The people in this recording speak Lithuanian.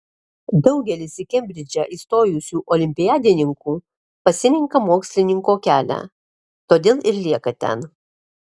daugelis į kembridžą įstojusių olimpiadininkų pasirenka mokslininko kelią todėl ir lieka ten